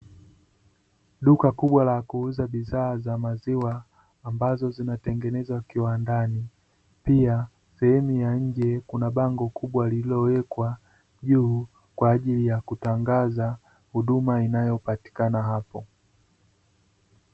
Duka kubwa la kuuza bidhaa za maziwa ambazo zinatengenezwa kiwandani, pia sehemu ya nje kuna bango kubwa lililowekwa juu, kwa ajili ya kutangaza huduma inayoapatika hapo.